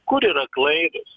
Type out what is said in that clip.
kur yra klaidos